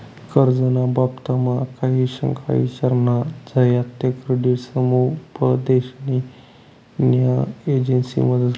कर्ज ना बाबतमा काही शंका ईचार न्या झायात ते क्रेडिट समुपदेशन न्या एजंसी मदत करतीस